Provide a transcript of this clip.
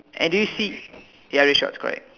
and do you see ya red shorts correct